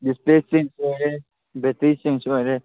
display change ꯑꯣꯏꯔꯦ battery change ꯑꯣꯏꯔꯦ